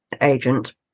agent